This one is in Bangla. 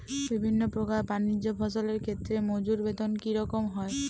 বিভিন্ন প্রকার বানিজ্য ফসলের ক্ষেত্রে মজুর বেতন কী রকম হয়?